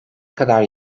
kadar